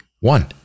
One